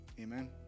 Amen